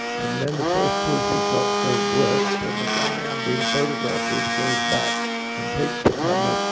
and then the first two or three shots don't work. then the guy i'm being photographed with goes back and takes the camera.